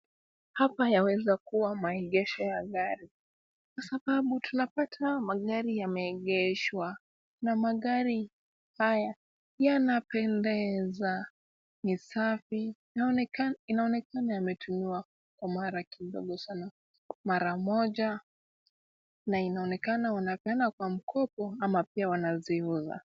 Hapa yaweza kuwa maegesho ya gari, sababu tunapata magari yameegeshwa na magari haya yanapendeza. Ni safi, inaonekana yametumiwa kwa mara kidogo sana. Mara moja na inaonekana wanapeana kwa mkopo ama pia wanaziuza.